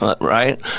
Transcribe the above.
right